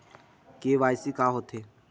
KYC का होथे?